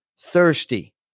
thirsty